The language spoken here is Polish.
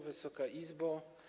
Wysoka Izbo!